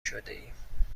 شدهایم